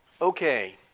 Okay